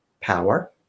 power